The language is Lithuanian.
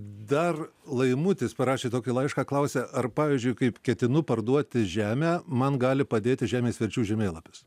dar laimutis parašė tokį laišką klausia ar pavyzdžiui kaip ketinu parduoti žemę man gali padėti žemės verčių žemėlapis